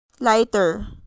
Lighter